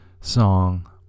song